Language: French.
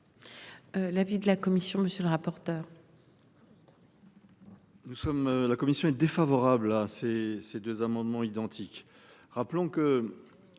avait de la commission. Monsieur le rapporteur. La commission est défavorable à ces deux amendements identiques, considère